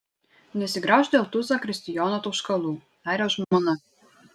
nesigraužk dėl tų zakristijono tauškalų tarė žmona